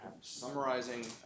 summarizing